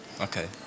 Okay